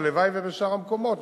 והלוואי שבשאר המקומות,